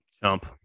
Jump